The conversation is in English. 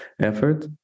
effort